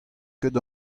ket